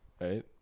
right